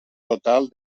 total